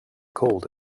cold